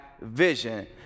vision